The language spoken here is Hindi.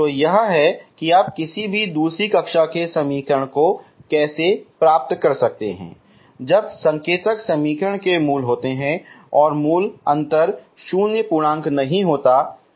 तो यह है कि आप किसी भी दूसरी कशा के समीकरण को कैसे प्राप्त कर सकते हैं जब संकेतक समीकरण के मूल होते हैं और मूल अंतर शून्य पूर्णांक नहीं होता है